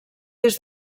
des